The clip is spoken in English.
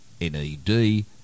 N-E-D